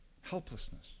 helplessness